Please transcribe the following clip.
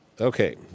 Okay